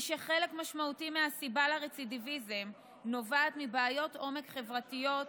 שחלק משמעותי מהסיבה לרצידיביזם נובע מבעיות עומק חברתיות,